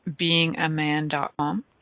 beingaman.com